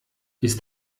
ist